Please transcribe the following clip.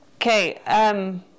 Okay